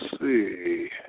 See